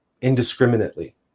indiscriminately